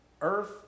earth